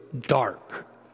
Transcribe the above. dark